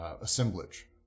assemblage